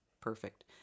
perfect